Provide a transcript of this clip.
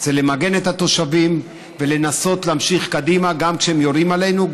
זה למגן את התושבים ולנסות להמשיך קדימה גם כשהם יורים עלינו,